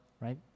right